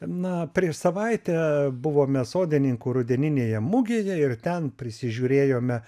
na prieš savaitę buvome sodininkų rudeninėje mugėje ir ten prisižiūrėjome